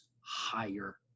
higher